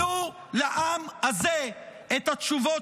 תנו לעם הזה את התשובות